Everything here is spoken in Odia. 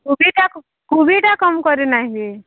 କୋବିଟା କୋବିଟା କମ୍ କରି ନାଇ ହୁଏ